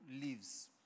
leaves